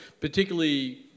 Particularly